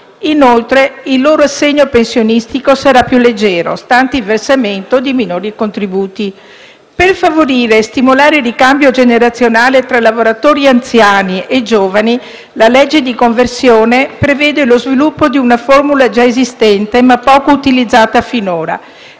Inoltre, il loro assegno pensionistico sarà più leggero, stante il versamento di minori contributi. Per favorire e stimolare il ricambio generazionale tra lavoratori anziani e giovani, la legge di conversione prevede lo sviluppo di una formula già esistente ma poco utilizzata finora.